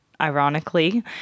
ironically